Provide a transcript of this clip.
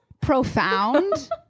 profound